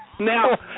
Now